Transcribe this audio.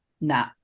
nah